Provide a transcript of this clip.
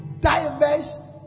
diverse